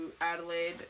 Adelaide